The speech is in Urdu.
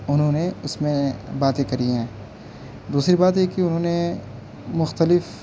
انہوں نے اس میں باتیں کری ہیں دوسری بات یہ ہے کہ انہوں نے مختلف